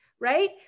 right